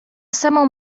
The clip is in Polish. samą